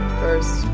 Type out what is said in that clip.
first